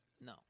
No